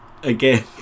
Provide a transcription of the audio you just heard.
Again